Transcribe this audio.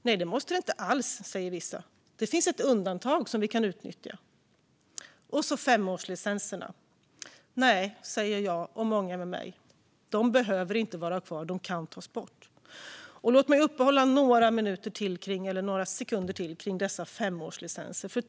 Nej, det måste det inte alls, säger vissa. Det finns ett undantag som kan utnyttjas. Regeringen vill också ha kvar femårslicenserna. Nej, säger jag och många med mig. De behöver inte vara kvar utan kan tas bort. Låt mig uppehålla mig lite vid femårslicenserna.